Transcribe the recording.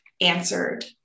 answered